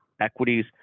equities